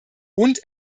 und